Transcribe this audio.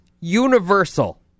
universal